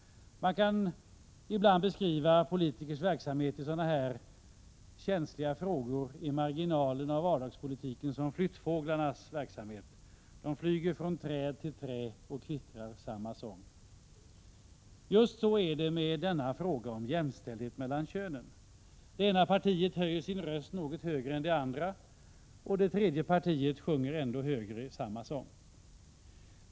I sådana här känsliga frågor i marginalen av vardagspolitiken kan politikernas verksamhet ibland liknas vid flyttfåglarnas: de flyger från träd till träd och kvittrar samma sång. Just så är det i frågan om jämställdhet mellan könen. Det ena partiet höjer sin röst något mer än det andra, och ett tredje parti sjunger samma sång ännu högre. Herr talman!